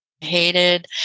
hated